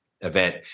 event